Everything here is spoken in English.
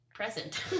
present